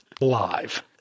live